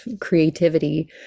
creativity